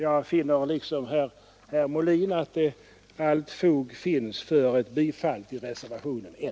Jag konstaterar liksom herr Molin att allt fog finns för ett bifall till reservationen N.